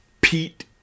Pete